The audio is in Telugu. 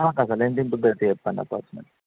అలాకాదు ఎన్ని దుబ్బలు చెప్పండి అప్రాక్స్మేట్లీ